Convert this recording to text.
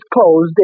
closed